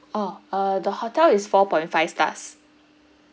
orh uh the hotel is four point five stars